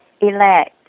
elect